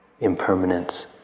impermanence